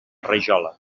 rajola